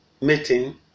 meeting